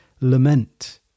lament